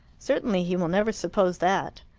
certainly he will never suppose that.